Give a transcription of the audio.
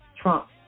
Trump